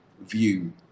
view